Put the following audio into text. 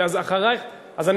בבקשה, את אחרי בן-ארי.